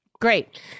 Great